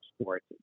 sports